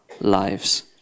lives